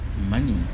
money